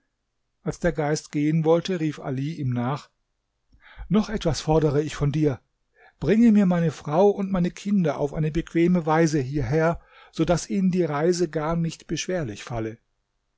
als der geist gehen wollte rief ali ihm nach noch etwas fordere ich von dir bringe mir meine frau und meine kinder auf eine bequeme weise hierher so daß ihnen die reise gar nicht beschwerlich falle